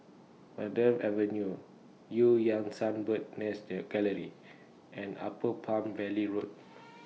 Verde Avenue EU Yan Sang Bird's Nest Gallery and Upper Palm Valley Road